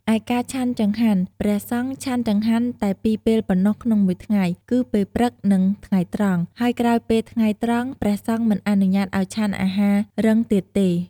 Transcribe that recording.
ឯការឆាន់ចង្ហាន់ ព្រះសង្ឃឆាន់ចង្ហាន់តែពីរពេលប៉ុណ្ណោះក្នុងមួយថ្ងៃ គឺពេលព្រឹក និងថ្ងៃត្រង់ ហើយក្រោយពេលថ្ងៃត្រង់ ព្រះសង្ឃមិនអនុញ្ញាតឱ្យឆាន់អាហាររឹងទៀតទេ។